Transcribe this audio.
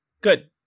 Good